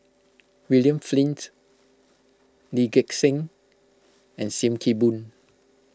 William Flint Lee Gek Seng and Sim Kee Boon